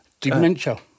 Dementia